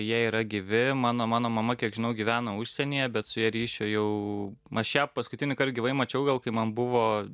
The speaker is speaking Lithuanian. jie yra gyvi mano mano mama kiek žinau gyvena užsienyje bet su ja ryšio jau aš ją paskutinįkart gyvai mačiau gal kai man buvo